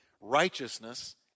righteousness